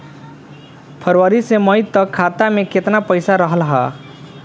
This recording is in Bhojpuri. फरवरी से मई तक खाता में केतना पईसा रहल ह?